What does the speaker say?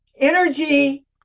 Energy